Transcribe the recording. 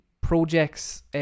projects